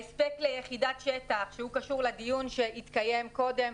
ההספק ליחידת שטח שהוא קשור לדיון שהתקיים קודם.